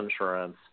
insurance